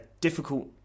difficult